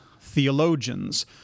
theologians